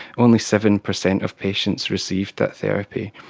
only seven percent of patients received that therapy,